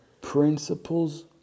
principles